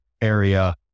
area